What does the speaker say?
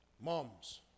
moms